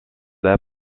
lap